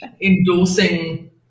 endorsing